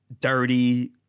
dirty